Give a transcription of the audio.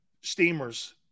Steamers